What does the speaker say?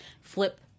flip